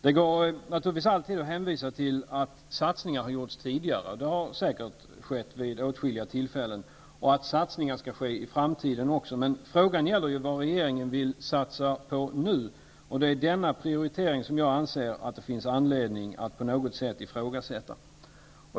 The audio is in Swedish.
Det går naturligtvis alltid att hänvisa till att satsningar har gjorts tidigare, och det har säkert skett vid åtskilliga tillfällen, och att satsningar skall ske också i framtiden. Men frågan gäller vad regeringen vill satsa på nu. Och det är denna prioritering som jag anser att det finns anledning att på något sätt ifrågasätta.